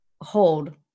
Hold